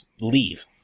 leave